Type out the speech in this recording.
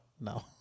No